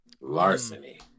Larceny